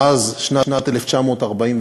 מאז שנת 1948,